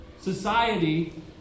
society